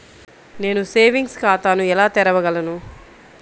నేను సేవింగ్స్ ఖాతాను ఎలా తెరవగలను?